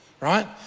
right